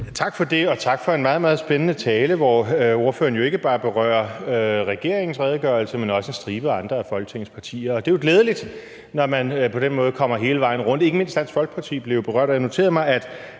Tak for det, og tak for en meget, meget spændende tale, hvor ordføreren jo ikke bare berører regeringens redegørelse, men også en stribe andre af Folketingets partier. Det er jo glædeligt, når man på den måde kommer hele vejen rundt. Ikke mindst Dansk Folkeparti blev berørt,